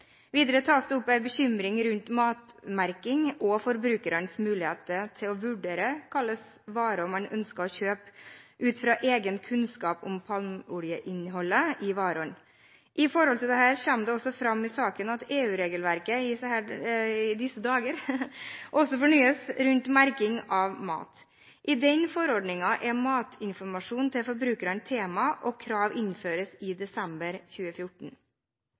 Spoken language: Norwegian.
Videre tas det opp en bekymring om matmerking og forbrukernes muligheter til å vurdere hvilke varer man ønsker å kjøpe ut ifra egen kunnskap om palmeoljeinnholdet i varene. Det kommer også fram i saken at også EU-regelverket i disse dager fornyes når det gjelder merking av mat. I den forordningen er matinformasjon til forbrukerne tema, og krav innføres i desember 2014.